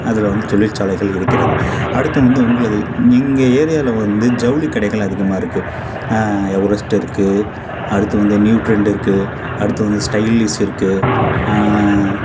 அதில் வந்து தொழிற்சாலைகள் இருக்கிறது அடுத்து வந்து உங்களது எங்கள் ஏரியாவில வந்து ஜவுளிக்கடைகள் அதிகமாக இருக்கு எவரெஸ்ட் இருக்கு அடுத்து வந்து நியூ ட்ரெண்ட் இருக்கு அடுத்து வந்து ஸ்டைலீஸ் இருக்கு